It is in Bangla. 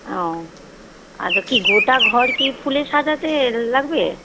ও আচ্ছা কি গোটা ঘর কি ফুলের সাজাতে লাগবে